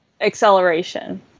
acceleration